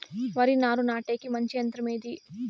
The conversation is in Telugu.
వరి నారు నాటేకి మంచి యంత్రం ఏది?